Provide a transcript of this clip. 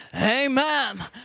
Amen